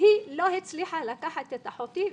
לא הצליחה לקחת את אחותי ואותי,